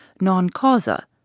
non-causa